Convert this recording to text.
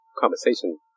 conversation